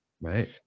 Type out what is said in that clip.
right